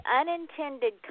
unintended